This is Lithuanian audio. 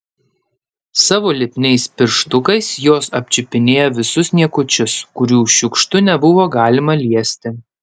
savo lipniais pirštukais jos apčiupinėjo visus niekučius kurių šiukštu nebuvo galima liesti